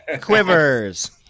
Quivers